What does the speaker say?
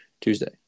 Tuesday